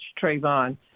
Trayvon